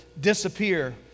disappear